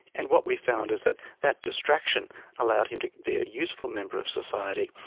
and what we found is that that distraction allowed him to be a useful member of society.